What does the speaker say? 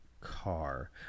car